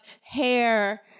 hair